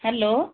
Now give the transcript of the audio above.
hello